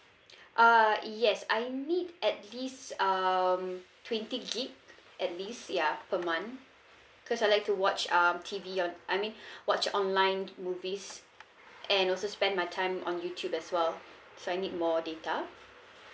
uh yes I need at least um twenty gig at least ya per month cause I like to watch um T_V on~ I mean watch online movies and also spend my time on youtube as well so I need more data